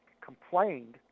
complained